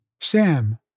Sam